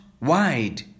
wide